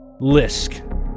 Lisk